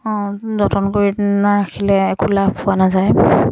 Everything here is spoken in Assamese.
যতন কৰি ৰাখিলে একো লাভ পোৱা নাযায়